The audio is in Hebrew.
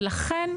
ולכן,